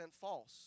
false